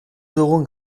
dugun